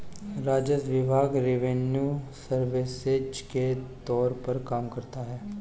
राजस्व विभाग revenue services के तौर पर काम करता है